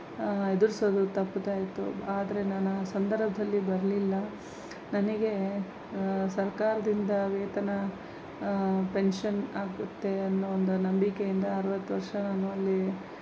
ಎದುರಿಸಲು ತಪ್ತಾಯಿತ್ತು ಆದರೆ ನಾನು ಆ ಸಂದರ್ಭದಲ್ಲಿ ಬರಲಿಲ್ಲ ನನಗೆ ಸರ್ಕಾರದಿಂದ ವೇತನ ಪೆನ್ಷನ್ ಆಗುತ್ತೆ ಅನ್ನೋ ಒಂದು ನಂಬಿಕೆಯಿಂದ ಅರ್ವತ್ತು ವರ್ಷ ನಮ್ಮಲ್ಲಿ